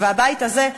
והבית הזה,